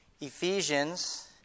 Ephesians